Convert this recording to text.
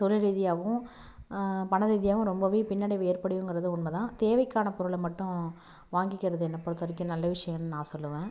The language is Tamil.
தொழில் ரீதியாகவும் பண ரீதியாகவும் ரொம்பவே பின்னடைவு ஏற்படையுங்கிறது உண்மை தான் தேவைக்கான பொருளை மட்டும் வாங்கிக்கிறது என்னை பொறுத்த வரைக்கும் நல்ல விஷயம்னு நான் சொல்லுவேன்